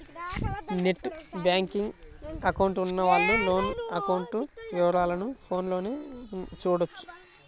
net banking account ఉన్నవాళ్ళు loan account వివరాలను ఫోన్లోనే చూడొచ్చు